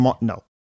No